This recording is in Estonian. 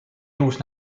elus